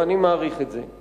ואני מעריך את זה.